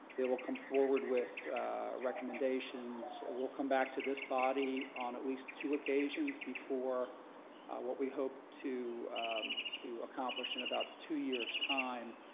they will come forward with recommendations will come back to this body on at least two occasions before what we hope to accomplish in about two years time.